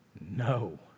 No